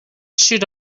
should